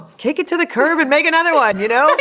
kick it to the curb and make another one. you know?